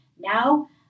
Now